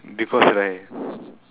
because right